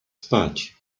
spać